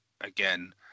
again